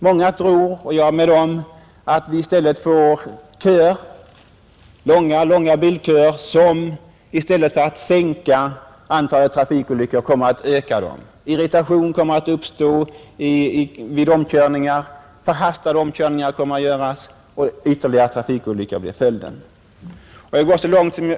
Många tror — och jag med dem — att vi får långa, långa bilköer som i stället för att sänka antalet trafikolyckor kommer att öka dem. Irritation kommer att uppstå i köerna, förhastade omkörningar kommer att göras och ytterligare trafikolyckor blir följden. Den svenske trafikanten kommer att svårt frestas till ideliga lagbrott.